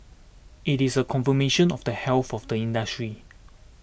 it is a confirmation of the health of the industry